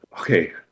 Okay